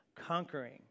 conquering